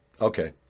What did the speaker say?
Okay